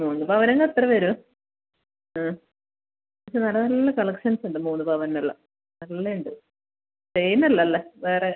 മൂന്ന് പവനെങ്കിൽ അത്ര വരും നല്ല നല്ല കളക്ഷൻസുണ്ട് മൂന്ന് പവന്നുള്ളത് നല്ലത് ഉണ്ട് ചെയിൻ അല്ലല്ലോ വേറെ